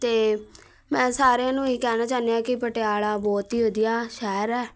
ਅਤੇ ਮੈਂ ਸਾਰਿਆਂ ਨੂੰ ਇਹ ਹੀ ਕਹਿਣਾ ਚਾਹੁੰਦੀ ਹਾਂ ਕਿ ਪਟਿਆਲਾ ਬਹੁਤ ਹੀ ਵਧੀਆ ਸ਼ਹਿਰ ਹੈ